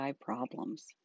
problems